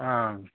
ꯎꯝ